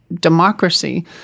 democracy